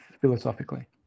philosophically